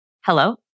hello